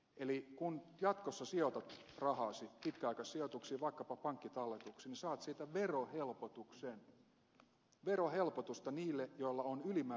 eli kun jatkossa sijoitat rahasi pitkäaikaissijoituksiin vaikkapa pankkitalletuksiin niin saat siitä verohelpotuksen verohelpotusta niille joilla on ylimääräistä rahaa